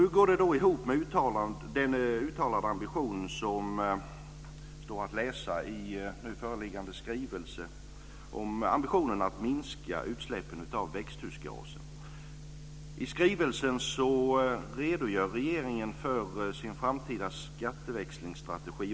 Hur går det ihop med den uttalade ambition som står att läsa i nu föreliggande skrivelse om att minska utsläppen av växthusgaser? I skrivelsen redogör regeringen för sin framtida skatteväxlingsstrategi.